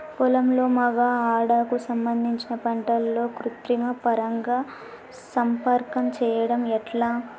పొలంలో మగ ఆడ కు సంబంధించిన పంటలలో కృత్రిమ పరంగా సంపర్కం చెయ్యడం ఎట్ల?